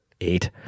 eight